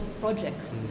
projects